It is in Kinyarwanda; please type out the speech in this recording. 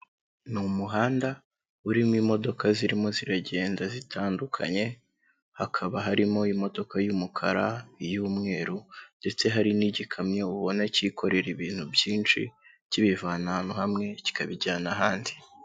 Ni umuhanda urimo imodoka zirimo ziragenda zitandukanye, hakaba harimo imodoka y'umukara iy'umweru ndetse hari n'igikamyo ubona cyikorera ibintu byinshi, kibivana ahantu hamwe kikabijyana ahandi.